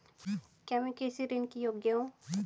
क्या मैं कृषि ऋण के योग्य हूँ?